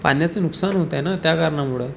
पाण्याचं नुकसान होत आहे ना त्या कारणामुळं